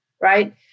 Right